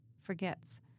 forgets